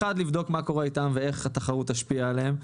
האחד, לבדוק מה קורה אתם ואיך התחרות תשפיע עליהם.